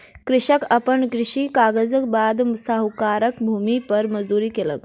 कृषक अपन कृषि काजक बाद साहूकारक भूमि पर मजदूरी केलक